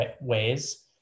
ways